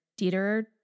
Dieter